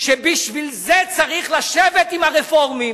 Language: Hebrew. שבשביל זה צריך לשבת עם הרפורמים,